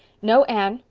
no, anne,